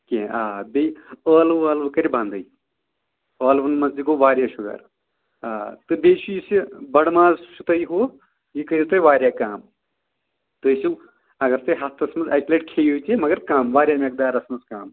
کیٚنہہ آ بیٚیہِ ٲلوٕ وٲلوٕ کٔرۍ بَندٕے ٲلوَن منٛز تہِ گوٚو واریاہ شُگر آ تہٕ بیٚیہِ چھُ یُس یہِ بَڑٕ ماز چھُ تۄہہِ ہُہ یہِ کٔرِو تُہۍ واریاہ کَم تُہۍ ہٮ۪کِو اَگر تُہۍ ہفتَس منٛز اَکہِ لَٹہِ کھیٚیِو تہِ مَگر کَم واریاہ مٮ۪قدارَس منٛز کَم